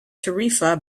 tarifa